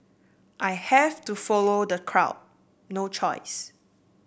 I have to follow the crowd no choice